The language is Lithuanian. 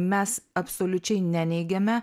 mes absoliučiai neneigiame